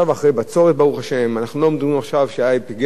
אנחנו לא מדברים על כך שהיו פגעי מזג אוויר,